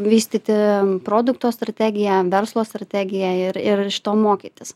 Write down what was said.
vystyti produkto strategiją verslo strategiją ir ir iš to mokytis